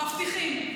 מבטיחים.